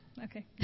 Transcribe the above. Okay